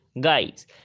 guys